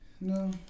No